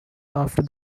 after